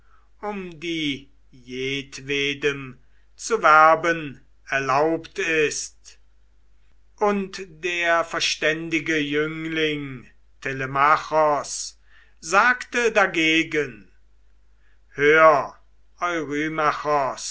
um die jedwedem zu werben erlaubt ist und der verständige jüngling telemachos sagte dagegen hör